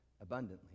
abundantly